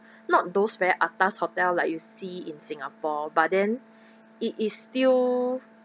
not those very atas hotel like you see in singapore but then it is still